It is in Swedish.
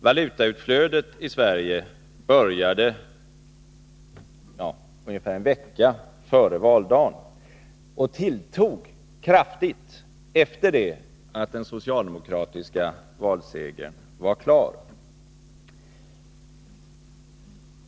Valutautflödet från Sverige började ungefär en vecka före valdagen och tilltog kraftigt efter det att den socialdemokratiska valsegern var klar.